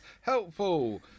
helpful